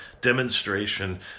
demonstration